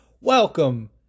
Welcome